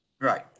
Right